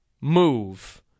move